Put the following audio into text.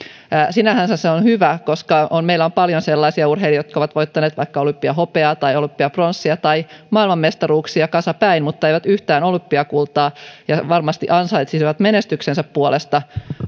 sinänsähän se on hyvä koska meillä on paljon sellaisia urheilijoita jotka ovat voittaneet vaikka olympiahopeaa tai olympiapronssia tai maailmanmestaruuksia kasapäin mutta eivät yhtään olympiakultaa ja varmasti ansaitsisivat menestyksensä puolesta